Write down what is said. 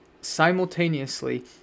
simultaneously